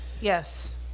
Yes